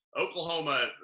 Oklahoma